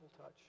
touch